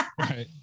Right